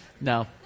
No